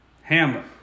Hammer